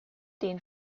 den